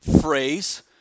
phrase